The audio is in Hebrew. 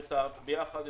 את היחד,